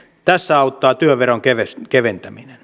tässä auttaa työveron keventäminen